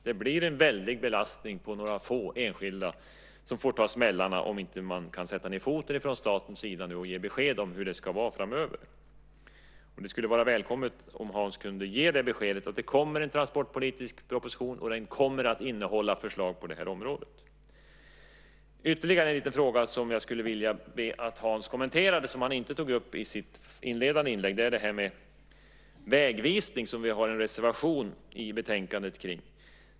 Det blir en väldig belastning på några få enskilda som får ta smällarna om inte staten kan sätta ned foten och ge besked om hur det ska vara framöver. Det skulle vara välkommet om Hans kunde ge beskedet att det kommer en transportpolitisk proposition och den kommer att innehålla förslag på det här området. Jag har ytterligare en liten fråga som jag skulle vilja att Hans kommenterade och som han inte tog upp i sitt inledande inlägg. Det gäller detta med vägvisning, som vi har en reservation om i betänkandet.